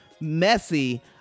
messy